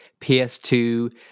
PS2